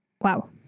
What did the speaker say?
Wow